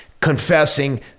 confessing